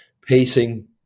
Pacing